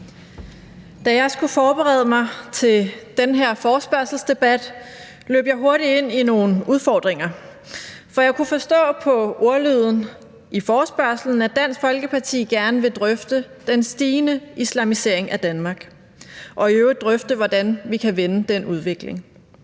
Da jeg skulle forberede mig til den her forespørgselsdebat, løb jeg hurtigt ind i nogle udfordringer, for jeg kunne forstå på ordlyden i forespørgslen, at Dansk Folkeparti gerne vil drøfte den stigende islamisering af Danmark og i øvrigt drøfte, hvordan vi kan vende den udvikling.